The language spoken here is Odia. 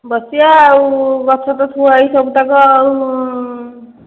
ବସିବା ଆଉ ଗଛ ତ ଥୁଆ ହୋଇଛି ସବୁ ତକ ଆଉ